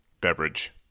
beverage